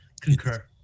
Concur